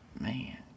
Man